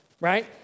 Right